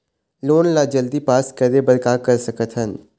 Loan ला जल्दी पास करे बर का कर सकथन?